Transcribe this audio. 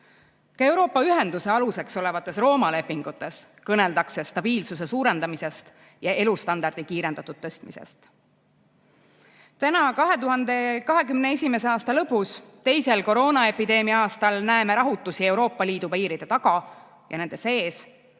Ka Euroopa ühenduse aluseks olevates Rooma lepingutes kõneldakse stabiilsuse suurendamisest ja elustandardi kiirendatud tõstmisest. Täna, 2021. aasta lõpus, teisel koroonaepideemia aastal, näeme rahutusi Euroopa Liidu piiride taga ja nende sees,